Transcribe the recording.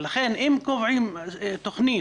ולכן אם קובעים תוכנית,